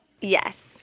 Yes